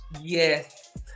Yes